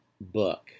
book